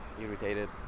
irritated